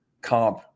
comp